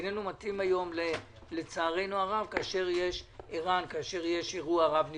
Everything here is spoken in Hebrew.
אינו מתאים היום לצערנו הרב כאשר יש אירוע רב נפגעים,